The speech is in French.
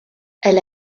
elle